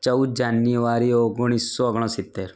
ચૌદ જાન્યુઆરી ઓગણીસો ઓગણસીત્તેર